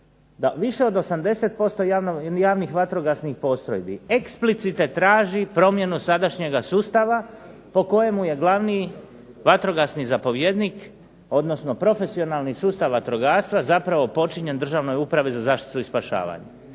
više od 80% javnih vatrogasnih postrojbi, eksplicite traži promjenu sadašnjeg sustava po kojemu je glavni vatrogasni zapovjednik, odnosno profesionalni sustav vatrogastva zapravo podčinjen Državnoj upravi za zaštitu i spašavanje.